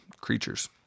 creatures